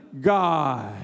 God